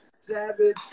Savage